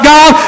God